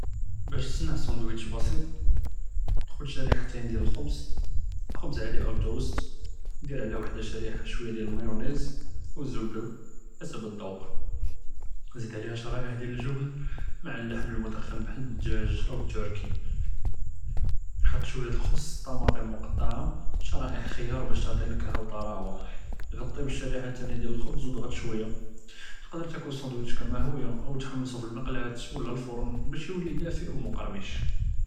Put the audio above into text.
באש תצנע סנדוויטש בסיט חֻד' שרִיחְתין דיאל אלח'בְּז, ח'בְּז עאדי אוא טוסט, דיר עליה וחדה שרִיחָה שוויה דּ אלמאיוֹנֵיז אוא אִלזבדה חסב אִלד'וק, זיד עליהא שרַאיַח דיאל אלג'בְּן מע אִללחם אלמדכּ'ן בחאל אִלדג'אג' אוא אִלתורקי, חֻט שוויה דּ אלח'ס, טמאטם מקטעה שרַאיַח ח'יאר באש תעטי נכהה ו טרואה, עְ'טִי בִּאלשרִיחָה אתאניה דיאל אלח'בְּז ו אִדְ'עט שוויה, תקדר תאכל אִלסנדוויטש כמא הו אוא תחמסו פי אִלמקלאה אוא אִלפרן באש יוּלי דאפא ו מקְרַמֶש.